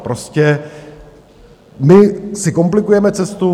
Prostě my si komplikujeme cestu.